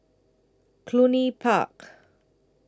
Cluny Park